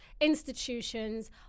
institutions